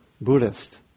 Buddhist